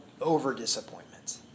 over-disappointment